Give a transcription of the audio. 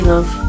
Love